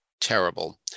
terrible